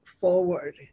forward